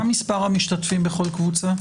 מה מספר המשתתפים בכל קבוצה?